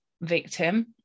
victim